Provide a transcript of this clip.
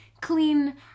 clean